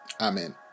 Amen